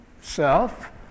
self